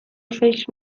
فکر